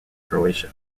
croatia